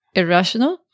irrational